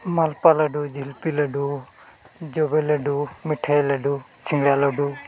ᱢᱟᱞᱯᱳᱣᱟ ᱞᱟᱹᱰᱩ ᱡᱷᱤᱞᱯᱤ ᱞᱟᱹᱰᱩ ᱡᱚᱵᱮ ᱞᱟᱹᱰᱩ ᱢᱤᱴᱷᱟᱹᱭ ᱞᱟᱹᱰᱩ ᱥᱤᱜᱟᱺᱲᱟ ᱞᱟᱹᱰᱩ